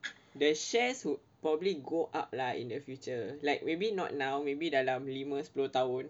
the shares would probably go up lah in the future like maybe not now maybe dalam lima sepuluh tahun